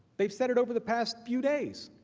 they have said it over the past few days.